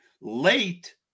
Late